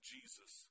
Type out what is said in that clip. Jesus